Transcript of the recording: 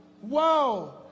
Whoa